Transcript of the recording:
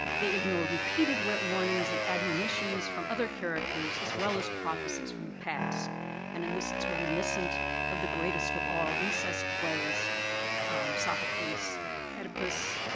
they ignore repeated wet warnings and admonitions from other characters as well as prophecies from the past and in this it's reminiscent of the greatest of all incest plays sophocles oedipus,